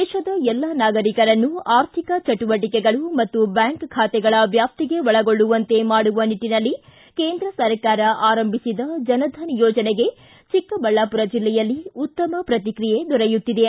ದೇಶದ ಎಲ್ಲಾ ನಾಗರೀಕರನ್ನೂ ಆರ್ಥಿಕ ಚಟುವಟಿಕೆಗಳು ಮತ್ತು ಬ್ಯಾಂಕ್ ಬಾತೆಗಳ ವ್ಯಾಪ್ತಿಗೆ ಒಳಗೊಳ್ಳುವಂತೆ ಮಾಡುವ ನಿಟ್ಟನಲ್ಲಿ ಕೇಂದ್ರ ಸರ್ಕಾರ ಆರಂಭಿಸಿದ ಜನಧನ್ ಯೋಜನೆಗೆ ಚಿಕ್ಕಬಳ್ಳಾಪುರ ಜಿಲ್ಲೆಯಲ್ಲಿ ಉತ್ತಮ ಪ್ರಕ್ರಿಯೆ ದೊರೆಯುತ್ತಿದೆ